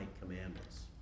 commandments